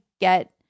get –